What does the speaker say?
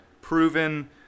proven